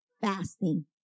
fasting